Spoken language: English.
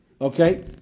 Okay